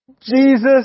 Jesus